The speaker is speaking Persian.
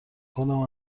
کنم